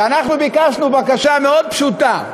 ואנחנו ביקשנו בקשה מאוד פשוטה,